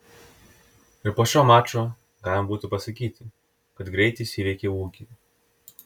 ir po šio mačo galima būtų pasakyti kad greitis įveikė ūgį